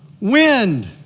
wind